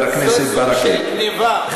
זה סוג של גנבה.